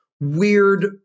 weird